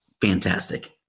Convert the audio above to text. fantastic